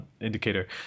indicator